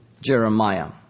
Jeremiah